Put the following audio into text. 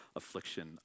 affliction